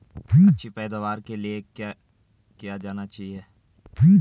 अच्छी पैदावार के लिए क्या किया जाना चाहिए?